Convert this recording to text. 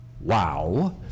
wow